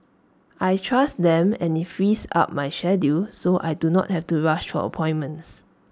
I trust them and IT frees up my schedule so I do not have to rush of appointments